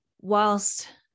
whilst